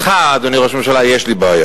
אתך, אדוני ראש הממשלה, יש לי בעיה,